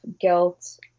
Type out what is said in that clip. guilt